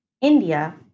India